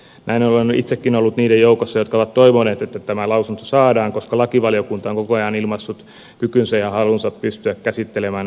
näin olen itsekin ollut niiden joukossa jotka ovat toivoneet että tämä lausunto saadaan koska lakivaliokunta on koko ajan ilmaissut kykynsä ja halunsa pystyä käsittelemään asian valmiiksi